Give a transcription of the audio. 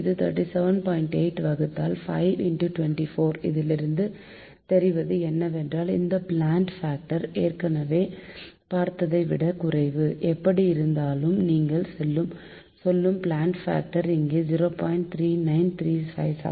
8 வகுத்தல் 5 24 இதிலிருந்து தெரிவது என்னவென்றால் இந்த பிளான்ட் பாக்டர் ஏற்கனவே பார்த்ததை விட குறைவு எப்படிஇருந்தாலும் நீங்கள் சொல்லும் பிளான்ட்பாக்டர் இங்கே 0